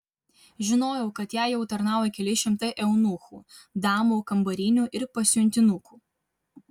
žinojau kad jai jau tarnauja keli šimtai eunuchų damų kambarinių ir pasiuntinukų